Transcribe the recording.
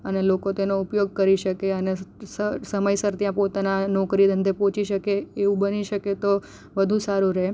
અને લોકો તેનો ઉપયોગ કરી શકે અને સમયસર ત્યાં પોતાના નોકરી ધંધે પહોંચી શકે એવું બની શકે તો વધુ સારું રહે